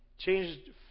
Changed